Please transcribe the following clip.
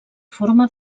forma